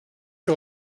que